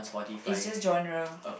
it's just genre